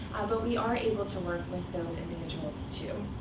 but we are able to work with those individuals, too.